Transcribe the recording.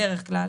בדרך כלל,